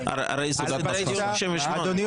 לא, זה לא דורש תיקון תקנון.